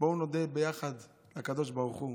בואו נודה ביחד לקדוש ברוך הוא